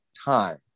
Time